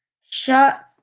shut